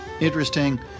interesting